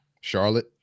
Charlotte